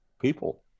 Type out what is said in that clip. people